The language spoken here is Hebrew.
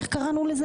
איך קראנו לזה?